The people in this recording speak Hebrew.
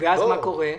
ואז מה קורה?